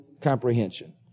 comprehension